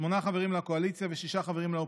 שמונה חברים לקואליציה ושישה חברים לאופוזיציה.